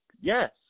Yes